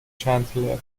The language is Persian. چندلر